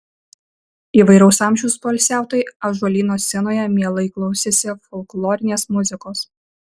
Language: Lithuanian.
įvairaus amžiaus poilsiautojai ąžuolyno scenoje mielai klausėsi folklorinės muzikos